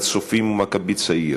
"הצופים" ו"מכבי צעיר",